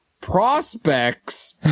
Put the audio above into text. prospects